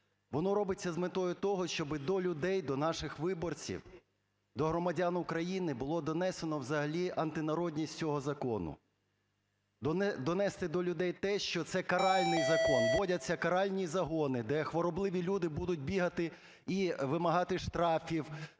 воно робиться з метою того, щоби до людей, до наших виборців, до громадян України було донесено взагалі антинародність цього закону. Донести до людей те, що це каральний закон, вводяться каральні загони, де хворобливі люди будуть бігати і вимагати штрафів,